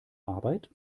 arbeit